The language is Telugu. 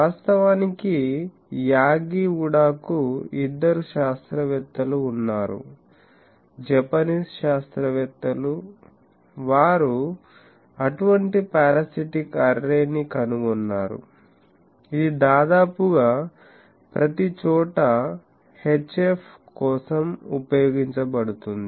వాస్తవానికి యాగి ఉడాకు ఇద్దరు శాస్త్రవేత్తలు ఉన్నారు జపనీస్ శాస్త్రవేత్తలు వారు అటువంటి పారాసిటిక్ అర్రే ని కనుగొన్నారు ఇది దాదాపుగా ప్రతిచోటా హెచ్ఎఫ్ కోసం ఉపయోగించబడుతుంది